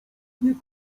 nie